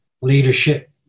leadership